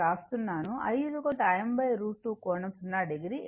Im√ 2 కోణం 0 o